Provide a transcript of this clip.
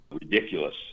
ridiculous